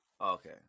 Okay